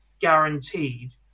guaranteed